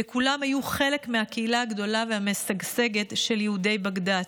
וכולם היו חלק מהקהילה הגדולה והמשגשגת של יהודי בגדאד.